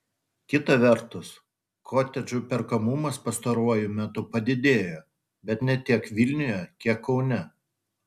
kita vertus kotedžų perkamumas pastaruoju metu padidėjo bet ne tiek vilniuje kiek kaune